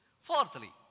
Fourthly